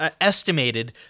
estimated